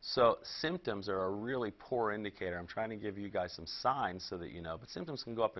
so symptoms are really poor indicator i'm trying to give you guys some signs so that you know the symptoms can go up